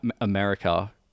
America